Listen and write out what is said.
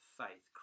faith